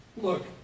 look